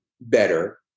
better